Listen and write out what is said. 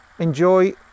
enjoy